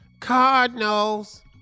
Cardinals